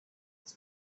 his